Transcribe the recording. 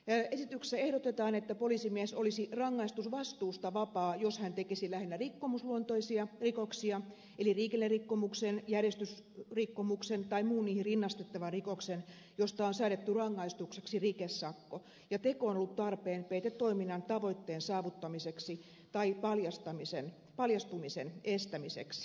esityksessä ehdotetaan että poliisimies olisi rangaistusvastuusta vapaa jos hän tekisi lähinnä rikkomusluontoisia rikoksia eli liikennerikkomuksen järjestysrikkomuksen tai muun niihin rinnastettavan rikoksen josta on säädetty rangaistukseksi rikesakko ja teko on ollut tarpeen peitetoiminnan tavoitteen saavuttamiseksi tai paljastumisen estämiseksi